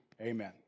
Amen